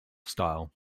style